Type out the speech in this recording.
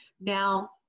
Now